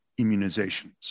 immunizations